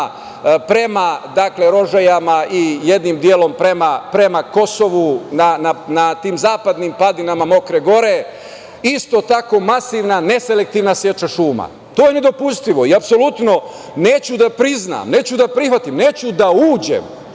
prema Rožajama i jednim delom prema Kosovu, na tim zapadnim padinama Mokre Gore, isto tako masivna neselektivna seča šuma. To je nedopustivo i apsolutno neću da priznam, neću da prihvatim, neću da uđem